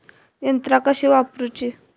यंत्रा कशी वापरूची?